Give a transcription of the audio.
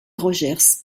rogers